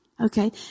Okay